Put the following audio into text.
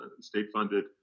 state-funded